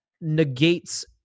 negates